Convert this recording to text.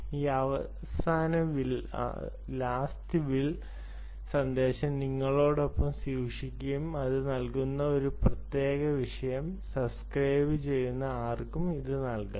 ഈ അവസാന വിൽ സന്ദേശം നിങ്ങളോടൊപ്പം സൂക്ഷിക്കുകയും ഞാൻ നൽകുന്ന ഈ പ്രത്യേക വിഷയം സബ്സ്ക്രൈബുചെയ്യുന്ന ആർക്കും ഇത് നൽകാം